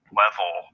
level